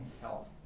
health